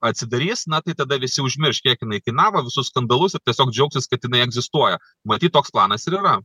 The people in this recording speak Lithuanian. atsidarys na tai tada visi užmirš kiek jinai kainavo visus skandalus ir tiesiog džiaugsis kad jinai egzistuoja matyt toks planas ir yra